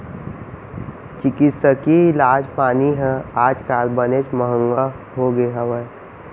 चिकित्सकीय इलाज पानी ह आज काल बनेच महँगा होगे हवय